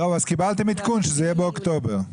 קיבלתם עדכון שזה יהיה באוקטובר.